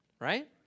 Right